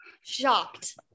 Shocked